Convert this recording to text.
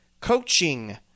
coaching